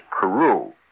Peru